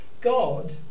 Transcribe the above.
God